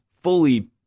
fully